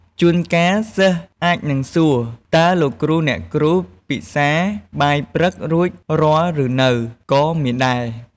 ជួនកាល សិស្សអាចនឹងសួរ តើលោកគ្រូ អ្នកគ្រូ ពិសាបាយព្រឹករួចរាល់ឬនៅ ក៏មានដែរ។